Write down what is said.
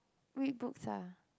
read books ah